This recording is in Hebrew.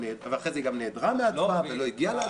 ואחרי זה היא כמובן גם נעדרה מההצבעה ולא הגיעה להצבעה.